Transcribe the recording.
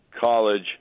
college